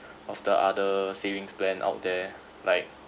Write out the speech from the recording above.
of the other savings plan out there like